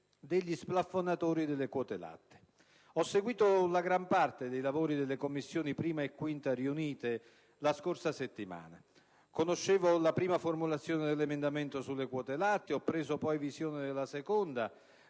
degli splafonatori delle quote latte. Ho seguito la gran parte dei lavori delle Commissioni riunite 1a e 5a la scorsa settimana; conoscevo la prima formulazione dell'emendamento sulle quote latte e ho preso visione della seconda,